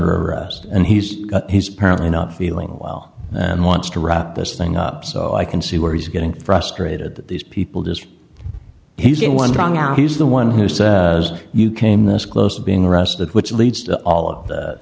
her and he's got his parent not feeling well and wants to wrap this thing up so i can see where he's getting frustrated that these people just he's the one drawing out he's the one who said you came this close to being arrested which leads to all of the